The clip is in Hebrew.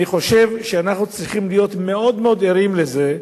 אני חושב שאנחנו צריכים להיות מאוד מאוד ערים לזה,